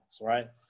right